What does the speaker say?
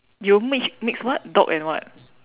you mix mix what dogs and what